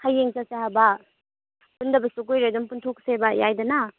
ꯍꯌꯦꯡ ꯆꯠꯁꯦ ꯍꯥꯏꯕ ꯄꯨꯟꯗꯕꯁꯨ ꯀꯨꯏꯔꯦ ꯑꯗꯨꯝ ꯄꯨꯟꯊꯣꯛꯁꯦꯕ ꯌꯥꯏꯗꯅ